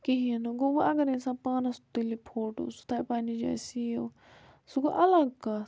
کِہیٖنۍ نہٕ گوٚو وونۍ اگر اِنسان پانَس تُلہِ فوٹو سُہ تھایہِ پَننہِ جایہِ سیو سُہ گوٚو اَلَگ کَتھ